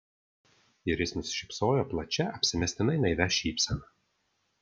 ir jis nusišypsojo plačia apsimestinai naivia šypsena